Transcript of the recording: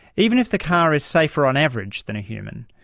even if the car is safer on average than a human,